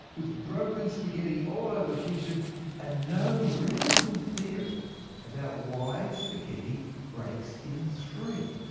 with broken spaghetti all over the kitchen and no real good theory about why spaghetti breaks in three.